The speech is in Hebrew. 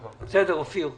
אופיר, בבקשה.